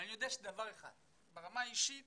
אבל אני יודע דבר אחד והוא שברמה האישית